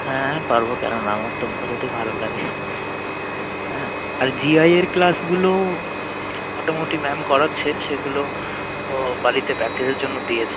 হ্যাঁ পারবো কেন না আমার তো বোঝাতে ভালো লাগে হ্যাঁ আর ভিআইয়ের ক্লাসগুলো মোটামোটি ম্যাম করাচ্ছে সেগুলো ও বাড়িতে প্রাকটিসের জন্য দিয়েছে